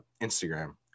Instagram